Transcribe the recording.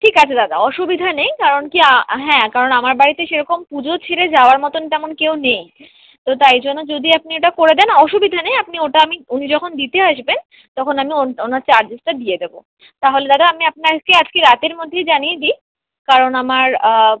ঠিক আছে দাদা অসুবিধা নেই কারণ কি হ্যাঁ কারণ আমার বাড়িতে সেরকম পুজো ছেড়ে যাওয়ার মতন তেমন কেউ নেই তো তাই জন্য যদি আপনি এটা করে দেন অসুবিধা নেই আপনি ওটা আমি উনি যখন দিতে আসবেন তখন আমি ওনার চার্জেসটা দিয়ে দেবো তাহলে দাদা আমি আপনাকে আজকে রাতের মধ্যেই জানিয়ে দিই কারণ আমার